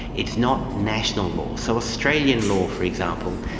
it's not national law. so australian law, for example,